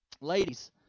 Ladies